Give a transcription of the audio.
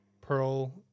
Pearl